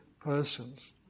persons